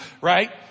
right